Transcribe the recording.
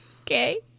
okay